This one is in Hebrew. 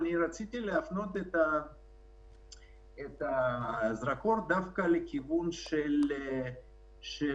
אבל אני רציתי להפנות את הזרקור דווקא לכיוון של עמותות